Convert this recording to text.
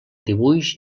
dibuix